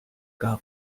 gar